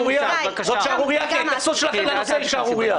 זאת שערורייה כי ההתייחסות שלכם לנושא היא שערורייה.